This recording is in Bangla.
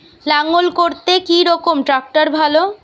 লাঙ্গল করতে কি রকম ট্রাকটার ভালো?